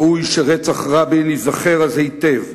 ראוי שרצח רבין ייזכר אז היטב,